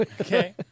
Okay